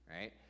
right